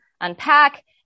unpack